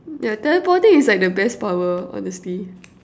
yeah telephoning is at the best power honestly